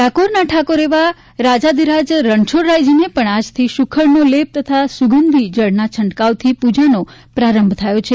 ડાકોરના ઠાકોર એવા રાજાધિરાજ રણછોડજીને પણ આજથી સુખડનો લેપ તથા સુગંધી જળના છટંકાવથી પૂજાનો પ્રારંભ થયો છે